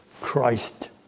Christ